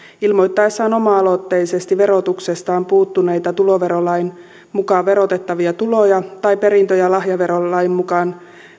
ilmoittaessaan oma aloitteisesti verotuksestaan puuttuneita tuloverolain mukaan verotettavia tuloja tai perintö ja lahjaverolain mukaan